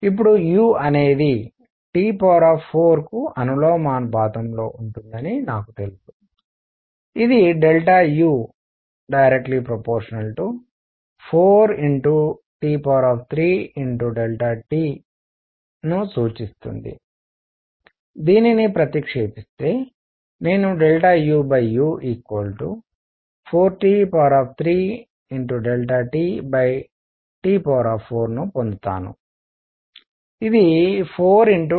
ఇప్పుడు u అనేది T4 కు అనులోమానుపాతంలో ఉంటుందని నాకు తెలుసు ఇది u 4T3T ను సూచిస్తుంది దానిని ప్రతిక్షేపిస్తే నేను uu4T3TT4 ను పొందుతాను ఇది 4TT